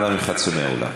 אנא ממך, צא מהאולם.